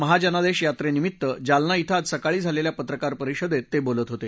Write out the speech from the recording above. महाजनादेश यात्रेनिमित्त जालना इथं आज सकाळी झालेल्या पत्रकार परिषदेत ते बोलत होते